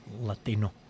Latino